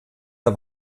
der